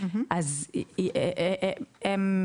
והיה עומס.